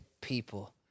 people